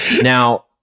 Now